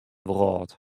wrâld